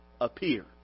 appear